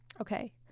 okay